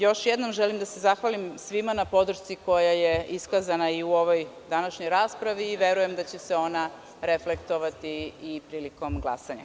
Još jednom želim da se zahvalim svima na podršci koja je iskazana i u ovoj današnjoj raspravi i verujem da će se ona reflektovati i prilikom glasanja.